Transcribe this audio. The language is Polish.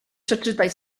przeczytaj